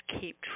keep